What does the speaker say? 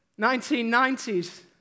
1990s